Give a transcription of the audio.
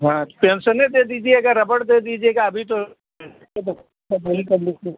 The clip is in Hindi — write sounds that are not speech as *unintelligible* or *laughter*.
हाँ पेन्सिले दे दीजिएगा रबड़ दे दीजिएगा अभी तो *unintelligible* बस सब वही कर लेते